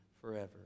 forever